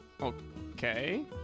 Okay